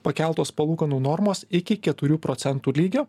pakeltos palūkanų normos iki keturių procentų lygio